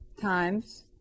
times